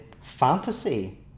fantasy